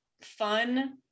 fun